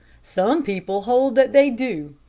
some people hold that they do.